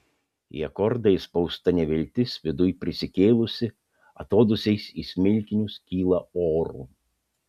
į akordą įspausta neviltis viduj prisikėlusi atodūsiais į smilkinius kyla oru